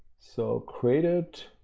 so created,